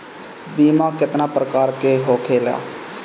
बीमा केतना प्रकार के होखे ला?